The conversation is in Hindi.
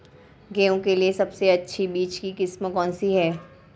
गेहूँ के लिए सबसे अच्छी बीज की किस्म कौनसी है?